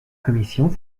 commission